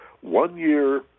one-year